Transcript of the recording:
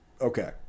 Okay